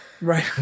Right